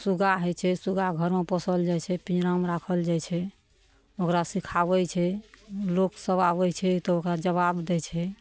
सुग्गा होइ छै सुग्गा घरमे पोसल जाए छै पिँजरामे राखल जाए छै ओकरा सिखाबै छै लोकसभ आबै छै तऽ ओकरा जवाब दै छै